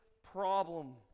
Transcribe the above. problem